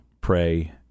pray